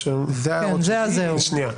אלה ההערות שלי.